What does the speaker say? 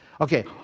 Okay